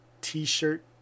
t-shirt